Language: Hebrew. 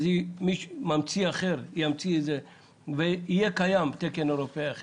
איזה ממציא אחר ימציא מתקן ויהיה קיים תקן אירופאי אחר,